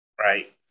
right